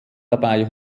dabei